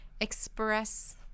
express